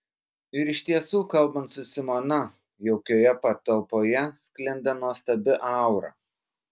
ir iš tiesų kalbant su simona jaukioje patalpoje sklinda nuostabi aura